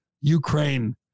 Ukraine